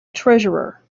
treasurer